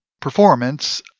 performance